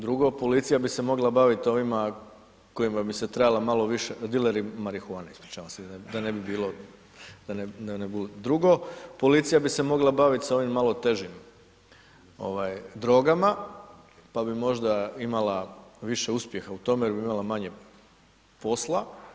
Drugo, policija bi se mogla baviti ovima kojima bi se trebala malo više, dileri marihuane, ispričavam se da ne bi bilo, drugo, policija bi se mogla bavit sa ovim malo težim drogama, pa bi možda imala više uspjeha u tome jer bi imala manje posla.